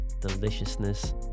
deliciousness